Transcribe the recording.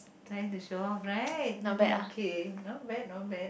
trying to show off right okay not bad not bad